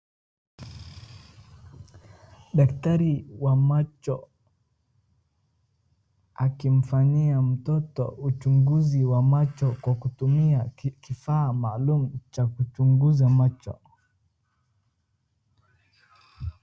Daktari wa macho akimfanyia mtoto uchunguzi wa macho kwa kutumia kifaa maalum cha kuchunguza macho.